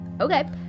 Okay